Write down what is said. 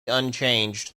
unchanged